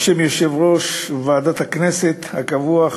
בשם יושב-ראש ועדת הכנסת הקבוע,